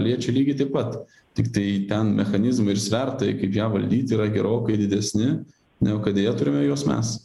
liečia lygiai taip pat tiktai ten mechanizmai ir svertai kaip ją valdyti yra gerokai didesni negu kad deja turime juos mes